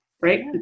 right